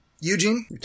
Eugene